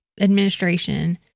administration